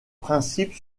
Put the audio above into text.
principes